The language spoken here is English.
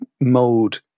mode